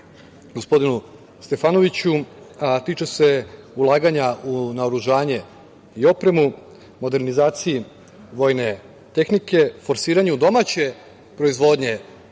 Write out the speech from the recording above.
gospodinu Stefanoviću, a tiče se ulaganja u naoružanje i opremu, modernizaciju vojne tehnike, forsiranja u domaće proizvodnje